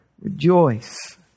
rejoice